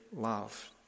love